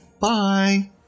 Bye